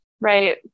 Right